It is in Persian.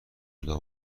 جدا